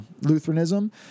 Lutheranism